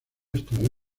estudió